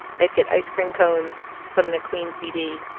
they'd get ice cream cones, put in a queen cd,